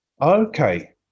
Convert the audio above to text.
okay